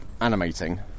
animating